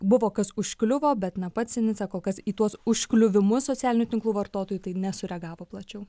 buvo kas užkliuvo bet na pats sinica kol kas į tuos užkliuvimus socialinių tinklų vartotojų tai nesureagavo plačiau